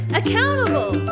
accountable